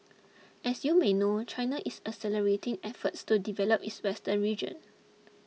as you may know China is accelerating efforts to develop its western region